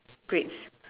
grades